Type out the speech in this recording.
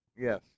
Yes